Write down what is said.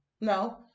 no